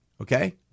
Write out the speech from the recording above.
okay